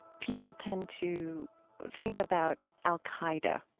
people tend to think about al-qaeda,